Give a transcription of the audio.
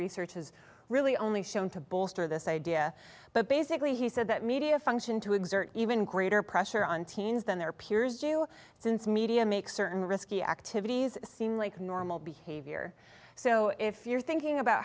research is really only shown to bolster this idea but basically he said that media function to exert even greater pressure on teens than their peers do since media makes certain risky activities seem like normal behavior so if you're thinking about